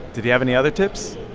did he have any other tips?